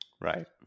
Right